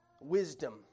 wisdom